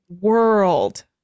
world